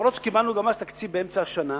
למרות שקיבלנו גם אז תקציב באמצע השנה,